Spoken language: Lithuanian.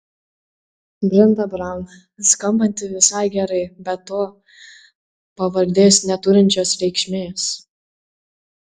brenda braun skambanti visai gerai be to pavardės neturinčios reikšmės